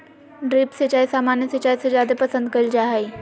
drip सिंचाई सामान्य सिंचाई से जादे पसंद कईल जा हई